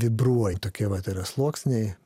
vibruoja tokie vat yra sluoksniai